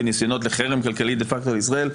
וניסיונות לחרם כלכלי דה-פקטו על ישראל.